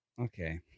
Okay